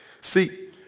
See